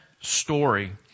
story